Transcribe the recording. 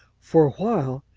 for a while,